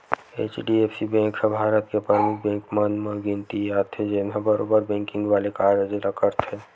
HDFC bank ह भारत के परमुख बेंक मन म गिनती आथे, जेनहा बरोबर बेंकिग वाले कारज ल करथे